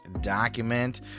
document